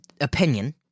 opinion